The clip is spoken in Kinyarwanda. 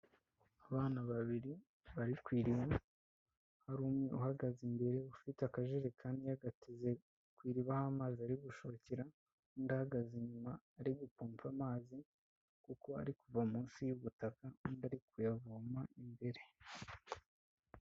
Abana babiri bari ku iriba, hari umwe uhagaze imbere ufite akajerekani yagateze ku iriba aho amazi ari gushokera, undi ahagaze inyuma ari gupompa amazi kuko ari kuva munsi y'ubutaka n'undi ari kuyavoma imbere.